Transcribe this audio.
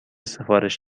سفارش